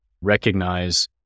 recognize